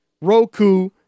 Roku